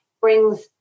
brings